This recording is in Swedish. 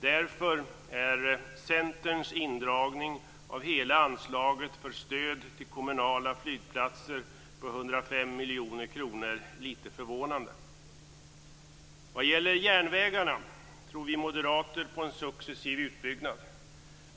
Därför är Centerns förslag till indragning av hela anslaget för stöd till kommunala flygplatser på 105 miljoner kronor lite förvånande. Vad gäller järnvägarna tror vi moderater på en successiv utbyggnad.